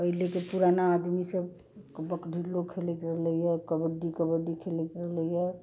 पहिलेके पुराना आदमी सभ बकढिल्लो खेलैत रहलैया कबड्डी कबड्डी खेलैत रहलैया